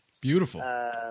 Beautiful